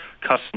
custom